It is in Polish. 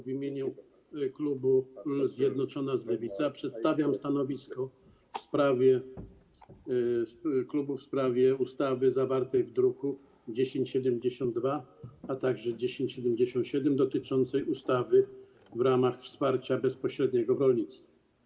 W imieniu klubu Zjednoczona Lewica przedstawiam stanowisko klubu w sprawie ustawy zawartej w druku nr 1072, a także nr 1077, dotyczącej ustawy w ramach wsparcia bezpośredniego w rolnictwie.